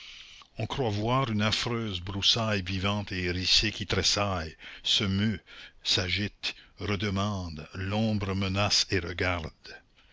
on croit voir une affreuse broussaille vivante et hérissée qui tressaille se meut s'agite redemande l'ombre menace et regarde